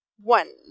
One